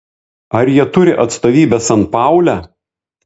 ar jie turi atstovybę sanpaule